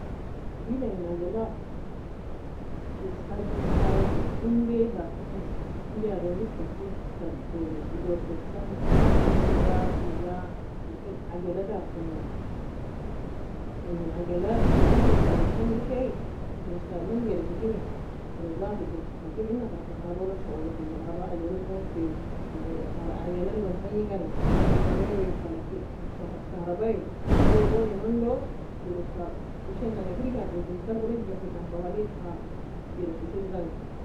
Wida en عجلة esadom kaya fe undaie dakomou undaie ademri kagoo dogkesa, Murtiga teaga, لكن عجلة dakkomu, in عجلة hikr jeresteng ushae? Jeresta man jeresslimi جرس zatoli لكن ena ter kahrabalog shogolafe كهرباء ajalalton fei in ajalallon tanchi kani كهرباء wei fala ki, en كهرباء juwa goon mando jereska ushaienanga firgikani edin sarbei log gakikan twali fa جرس ushir dangi